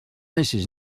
mrs